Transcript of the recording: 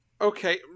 Okay